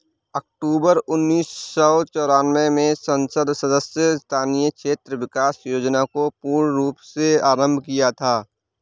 अक्टूबर उन्नीस सौ चौरानवे में संसद सदस्य स्थानीय क्षेत्र विकास योजना को पूर्ण रूप से आरम्भ किया गया था